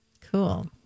Cool